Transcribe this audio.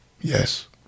Yes